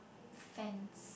fence